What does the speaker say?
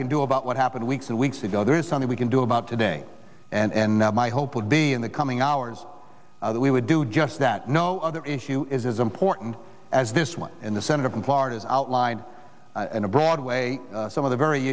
can do about what happened weeks and weeks ago there is something we can do about today and my hope would be in the coming hours that we would do just that no other issue is as important as this one in the senator from florida is outlined in a broad way some of the very